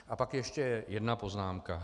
A pak ještě jedna poznámka.